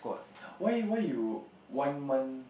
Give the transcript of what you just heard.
why why you one month